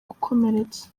gukomeretsa